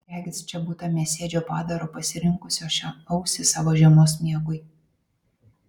regis čia būta mėsėdžio padaro pasirinkusio šią ausį savo žiemos miegui